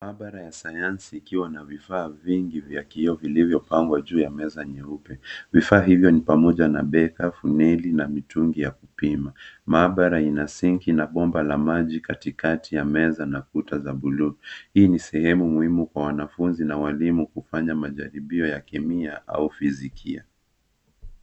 Maabara ya sayansi ikiwa na vifaa vingi vya kioo vilivyopangwa juu ya meza nyeupe. Vifaa hivyo ni pamoja na, beka, fumili, na mitungi ya kupima. Maabara ina singi na bomba la maji katikati ya meza, na kuta za blue . Hii ni sehemu muhimu kwa wanafunzi na walimu kufanya majaribu ya kemia au fizikia.